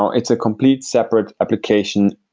it's a complete separate application,